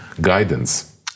guidance